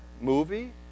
movie